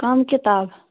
کٕم کِتاب